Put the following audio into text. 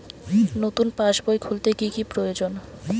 নতুন পাশবই খুলতে কি কি প্রয়োজন?